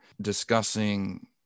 discussing